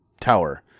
tower